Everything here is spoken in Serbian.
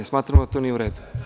Smatramo da to nije u redu.